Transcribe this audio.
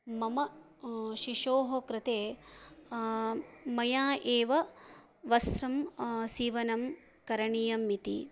मम शिशोः कृते मया एव वस्त्रं सीवनं करणीयम् इति